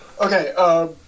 Okay